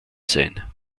sein